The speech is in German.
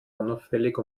unauffällig